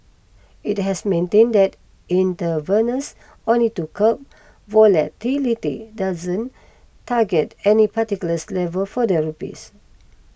it has maintained that intervenes only to curb volatility and doesn't target any particulars level for the rupees